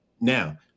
Now